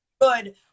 good